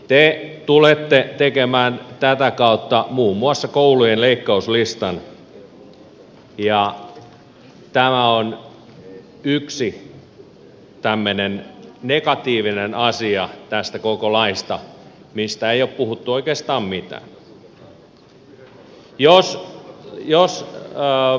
te tulette tekemään tätä kautta muun muassa koulujen leikkauslistan ja tämä on yksi tämmöinen negatiivinen asia tästä koko laista mistä ei ole puhuttu oikeastaan mitään